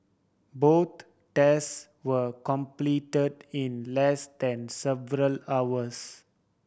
both test were completed in less than seven hours